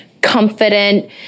confident